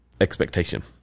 expectation